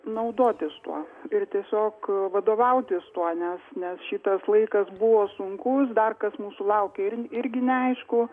naudotis tuo ir tiesiog vadovautis tuo nes nes šitas laikas buvo sunkus dar kas mūsų laukia irgi neaišku